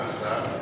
מי דן אותו למאסר?